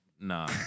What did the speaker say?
Nah